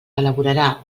elaborarà